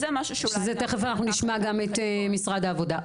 אז זה משהו שהוא נשמע גם משרד העבודה.